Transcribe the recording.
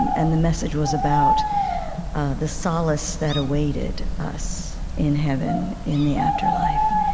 and the message was about the solace that awaited us in heaven, in the afterlife.